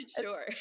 Sure